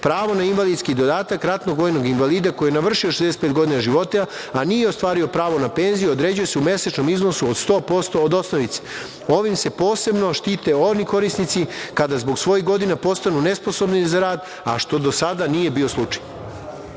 na invalidski dodatak ratnog vojnog invalida koji je navršio 65 godina života, a nije ostvario pravo na penziju, određuje se u mesečnom iznosu od 100% od osnovice. Ovim se posebno štite oni korisnici kada zbog svojih godina postanu nesposobni za rad, a što do sada nije bio slučaj. Mesečno